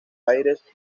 aires